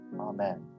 Amen